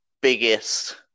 biggest